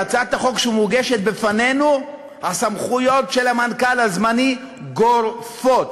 בהצעת החוק שמוצגת לפנינו הסמכויות של המנכ"ל הזמני גורפות.